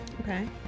Okay